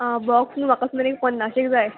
आं बॉक्स न्हू म्हाका सगळें एक पन्नाशेक जाय